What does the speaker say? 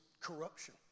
corruption